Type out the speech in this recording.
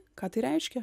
ką tai reiškia